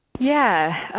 yeah,